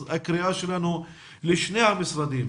אז הקריאה שלנו לשני המשרדים